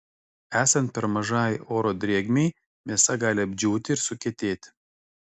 esant per mažai oro drėgmei mėsa gali apdžiūti ir sukietėti